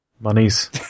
Moneys